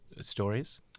stories